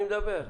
אני מדבר.